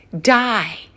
die